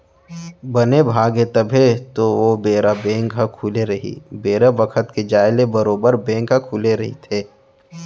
बने भाग हे तब तो ओ बेरा बेंक ह खुले रही बेरा बखत के जाय ले बरोबर बेंक ह खुले रहिथे